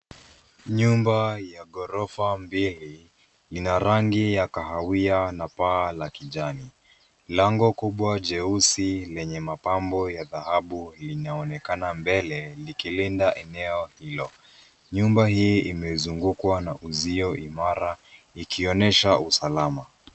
Nyumba ya ghorofa mbili ina rangi ya kahawia na paa la kijani. Lango kubwa jeusi lenye mapambo ya dhahabu inaonekana mbele liki linda eneo hilo. Nyumba hii imezungukwa na uzio imara ikionyesha usalama.